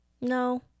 no